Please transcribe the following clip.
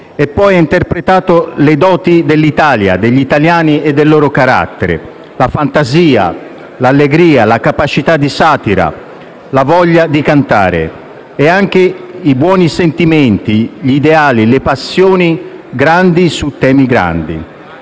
Ha poi interpretato le doti dell'Italia, degli italiani e del loro carattere: la fantasia, l'allegria, la capacità di satira, la voglia di cantare, e anche i buoni sentimenti, gli ideali, le passioni grandi su temi grandi.